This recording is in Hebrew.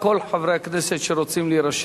החלטת ועדת האתיקה בעניין קובלנתה של חברת